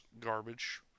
garbage